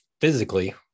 physically